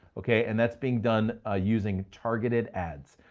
okay. and that's being done ah using targeted ads.